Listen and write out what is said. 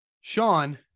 Sean